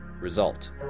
Result